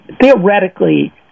theoretically